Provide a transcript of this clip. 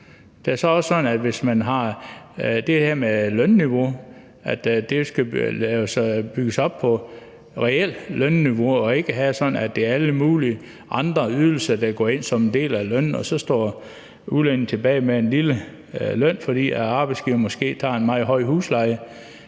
her med lønniveau, at det skal bygge på reelle lønniveauer og ikke være sådan, at det er alle mulige andre ydelser, der går ind som en del af lønnen, og at udlændingen så står tilbage med en lille løn, fordi arbejdsgiveren måske tager en meget høj husleje.